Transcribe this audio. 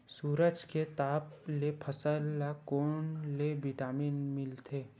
सूरज के ताप ले फसल ल कोन ले विटामिन मिल थे?